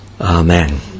Amen